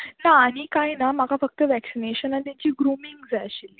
ना आनी कांय ना म्हाका फक्त वॅक्सिनेशना तेंची ग्रुमींग जाय आशिल्ली